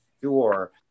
sure